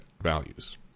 values